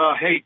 Hey